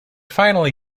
finally